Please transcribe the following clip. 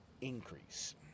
increase